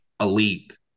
elite